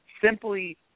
simply